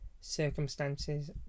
circumstances